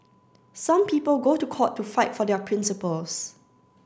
some people go to court to fight for their principles